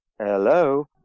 Hello